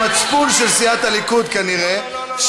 המצפון של סיעת הליכוד כנראה,